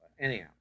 anyhow